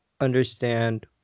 understand